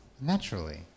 Naturally